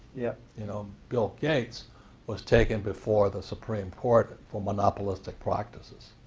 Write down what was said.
yeah you know bill gates was taken before the supreme court for monopolistic practices.